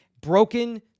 Broken